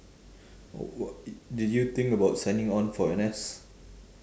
wh~ did you think about signing on for N_S